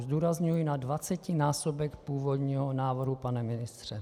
Zdůrazňuji, na dvacetinásobek původního návrhu, pane ministře.